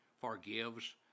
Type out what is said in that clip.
forgives